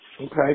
Okay